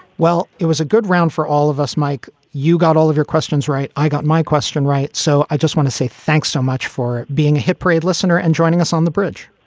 well, it was a good round for all of us, mike. you got all of your questions, right? i got my question right. so i just want to say thanks so much for being a hit parade listener and joining us on the bridge.